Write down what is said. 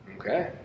Okay